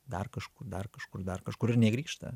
dar kažkur dar kažkur dar kažkur ir negrįžta